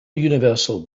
universal